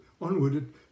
onward